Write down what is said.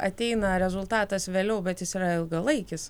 ateina rezultatas vėliau bet jis yra ilgalaikis